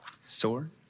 sword